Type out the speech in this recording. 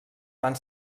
van